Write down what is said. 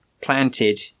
planted